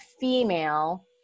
female